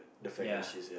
ya